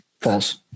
False